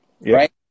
Right